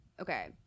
okay